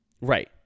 Right